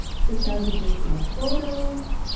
such as additional photos,